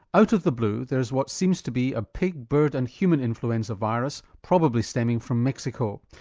out of the blue there's what seems to be a pig, bird and human influenza virus, probably stemming from mexico.